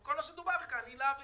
וכל מה שדובר כאן היל"ה וקרב,